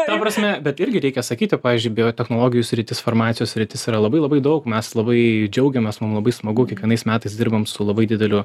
ta prasme bet irgi reikia sakyti pavyzdžiui biotechnologijų sritis farmacijos sritis yra labai labai daug mes labai džiaugiamės mum labai smagu kiekvienais metais dirbam su labai dideliu